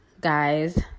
guys